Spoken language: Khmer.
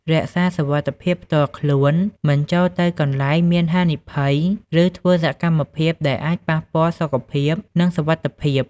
រក្សាសុវត្ថិភាពផ្ទាល់ខ្លួន មិនចូលទៅកន្លែងមានហានិភ័យ ឬធ្វើសកម្មភាពដែលអាចប៉ះពាល់សុខភាព និងសុវត្ថិភាព។